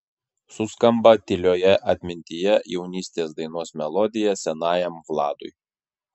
suskamba tylioje atmintyje jaunystės dainos melodija senajam vladui